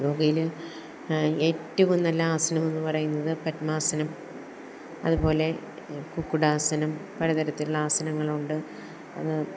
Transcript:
യോഗയിൽ ഏറ്റവും നല്ല ആസനമെന്ന് പറയുന്നത് പത്മാസനം അതുപോലെ കുക്കുടാസനം പല തരത്തിലുള്ള ആസനങ്ങളുണ്ട് അത്